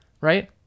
right